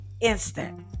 instant